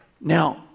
Now